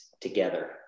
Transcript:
together